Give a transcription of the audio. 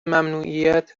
ممنوعیت